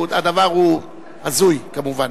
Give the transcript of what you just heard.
הדבר הוא הזוי, כמובן.